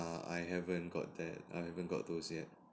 err I haven't got that I haven't got those yet